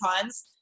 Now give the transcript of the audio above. cons